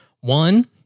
One